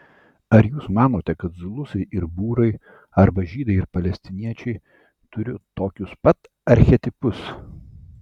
ar jūs manote kad zulusai ir būrai arba žydai ir palestiniečiai turi tokius pat archetipus